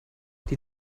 die